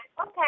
Okay